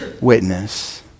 witness